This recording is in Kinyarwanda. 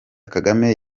kagame